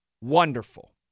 wonderful